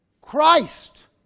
Christ